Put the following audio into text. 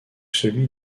celui